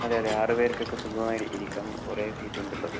അതെ അതെ ആറുപേർക്കൊക്കെ സുഖമായിട്ട് ഇരിക്കാം കുറെ സീറ്റുണ്ടല്ലോ സാർ